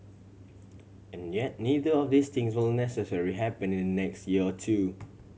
and yet neither of these things will necessary happen in the next year or two